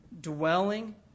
Dwelling